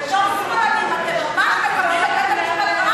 בית-המשפט אמר שהוא,